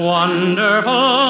wonderful